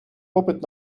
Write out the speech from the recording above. попит